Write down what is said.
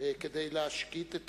כדי להשקיט את